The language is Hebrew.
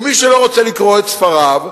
ומי שלא רוצה לקרוא את ספריו,